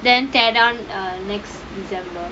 then tear down to the next december